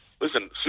listen